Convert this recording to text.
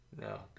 No